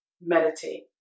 meditate